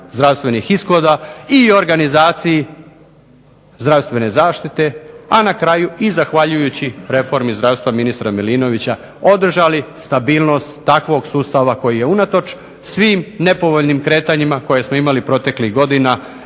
zdravstvenih ishoda i organizaciji zdravstvene zaštite, a na kraju i zahvaljujući reformi zdravstva ministra Milinovića održali stabilnost takvog sustava koji je unatoč svim nepovoljnim kretanjima koje smo imali proteklih godina